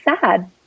sad